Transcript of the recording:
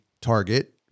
target